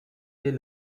dès